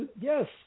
Yes